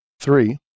three